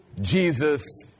Jesus